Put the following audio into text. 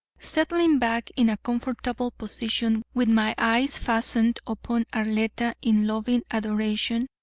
settling back in a comfortable position with my eyes fastened upon arletta in loving adoration,